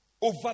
over